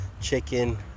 chicken